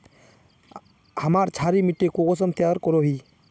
हमार क्षारी मिट्टी कुंसम तैयार करोही?